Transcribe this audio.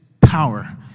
power